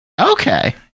Okay